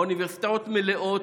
האוניברסיטאות מלאות,